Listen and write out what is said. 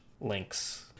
links